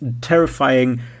terrifying